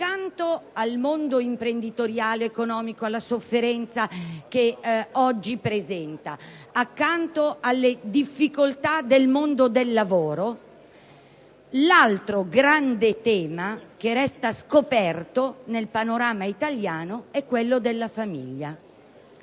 Accanto al mondo imprenditoriale ed economico e alla sofferenza che oggi presenta, accanto alle difficoltà del mondo del lavoro, l'altro grande tema che resta scoperto nel panorama italiano è quello della famiglia.